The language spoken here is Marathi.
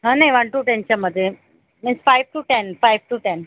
हां नाही वन टू टेनच्यामध्ये नाही five two ten five two ten